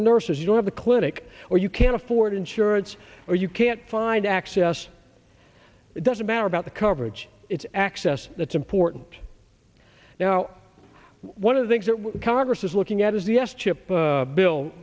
the nurses you don't have the clinic or you can't afford insurance or you can't find access it doesn't matter about the coverage it's access that's important now one of the things that congress is looking at is the s chip bill